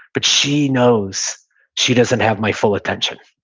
but she knows she doesn't have my full attention.